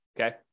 Okay